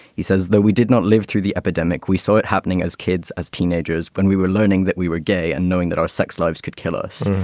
he says, though we did not live through the epidemic, we saw it happening as kids, as teenagers when we were learning that we were gay and knowing that our sex lives could kill us.